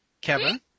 Kevin